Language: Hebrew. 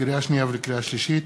לקריאה שנייה ולקריאה שלישית: